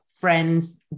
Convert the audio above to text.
friends